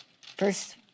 first